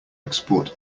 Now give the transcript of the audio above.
export